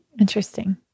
interesting